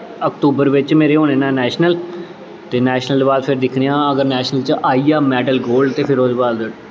अक्तूबर बिच्च मेरे होने न नैशनल ते नैशनल दे बाद फिर दिक्खने आं अगर आइयै मैडल गोल्ड ते फिर ओह्दे बाद